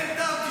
אין טעם,